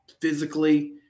physically